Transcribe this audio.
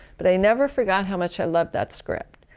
but i never forgot how much i loved that script.